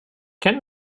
can